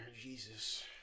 Jesus